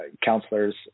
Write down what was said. counselors